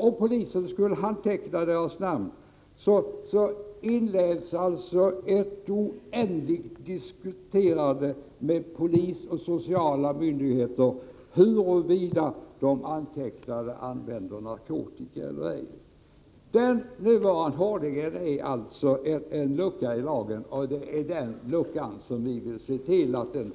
Om polisen skulle anteckna namnen, inleds ett oändligt diskuterande mellan polis och sociala myndigheter huruvida de antecknade använder narkotika eller ej. Det finns alltså nu en lucka i lagen, och det är den luckan vi vill